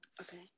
Okay